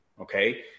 Okay